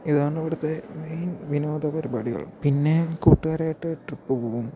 ഇതാണ് ഇവിടുത്തെ മെയിൻ വിനോദപരിപാടികള് പിന്നെ കൂട്ടുകാരുമായിട്ട് ട്രിപ്പ് പോകും